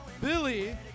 Billy